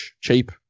cheap